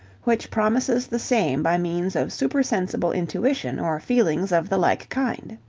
which promises the same by means of supersensible intuition or feelings of the like kind.